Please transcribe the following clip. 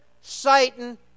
Satan